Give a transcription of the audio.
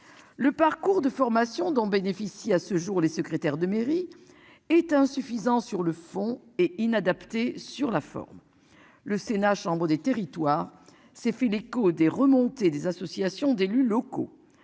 Le parcours de formation dont bénéficient à ce jour les secrétaires de mairie est insuffisant sur le fond et inadapté. Sur la forme. Le Sénat, chambre des territoires s'est fait l'écho des remontées des associations d'élus locaux.